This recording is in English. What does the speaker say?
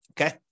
Okay